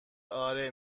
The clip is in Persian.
آره